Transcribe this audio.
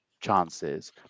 chances